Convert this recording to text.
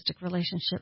relationship